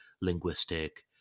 linguistic